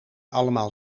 allemaal